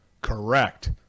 Correct